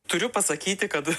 turiu pasakyti kad